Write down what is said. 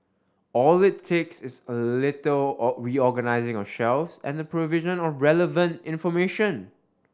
all it takes is a little or reorganising of shelves and the provision of relevant information